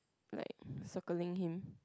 like circling him